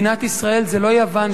מדינת ישראל זה לא יוון,